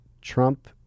Trump